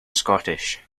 scottish